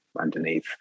underneath